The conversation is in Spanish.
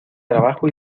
trabajo